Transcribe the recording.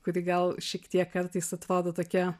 kuri gal šiek tiek kartais atrodo tokia